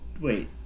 Wait